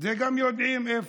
גם יודעים איפה.